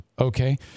Okay